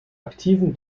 aktiven